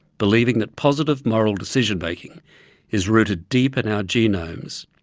believing that positive moral decision-making is rooted deep in our genomes,